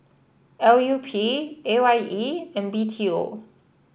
L U P A Y E and B T O